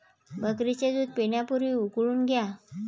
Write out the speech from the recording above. बकरीचे दूध पिण्यापूर्वी उकळून घ्या